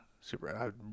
Super